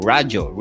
Radio